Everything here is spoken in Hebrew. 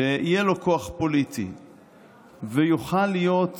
שיהיה לו כוח פוליטי ויוכל להיות